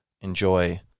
enjoy